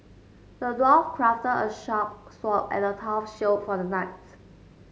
the dwarf crafted a sharp sword and a tough shield for the knights